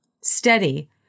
steady